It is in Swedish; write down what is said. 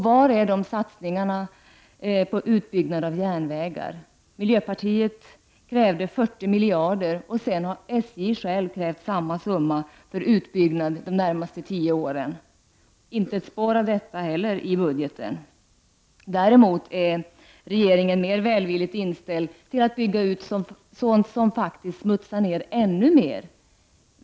Var är satsningarna på en utbyggnad av järnvägarna? Miljöpartiet krävde först 40 miljarder, samma summa som sedan SJ självt begärt, för utbyggnad de närmaste tio åren. Inte ett spår av detta finns heller i budgeten. Däremot är regeringen mer välvilligt inställd till att bygga ut sådant som smutsar ner ännu mer.